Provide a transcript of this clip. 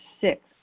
Six